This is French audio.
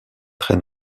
très